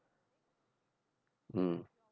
mm